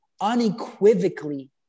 unequivocally